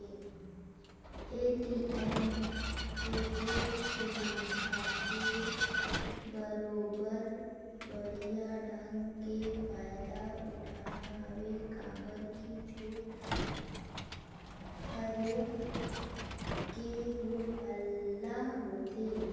ATM के ये सुबिधा के बरोबर बड़िहा ढंग के फायदा उठाना हवे काबर की झूठ फरेब के हो हल्ला होवथे